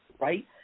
right